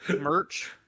merch